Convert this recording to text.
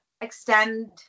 extend